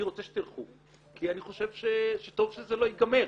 אני רוצה שתלכו כי אני חושב שטוב שזה לא יגמר